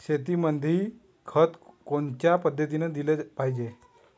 शेतीमंदी खत कोनच्या पद्धतीने देलं पाहिजे?